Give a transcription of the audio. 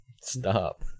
Stop